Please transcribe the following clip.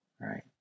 Right